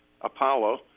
Apollo